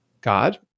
God